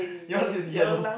yours is yellow